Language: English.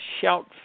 Shout